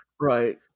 right